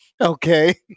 Okay